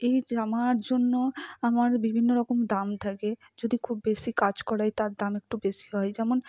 এই জামার জন্য আমার বিভিন্ন রকম দাম থাকে যদি খুব বেশি কাজ করায় তার দাম একটু বেশি হয় যেমন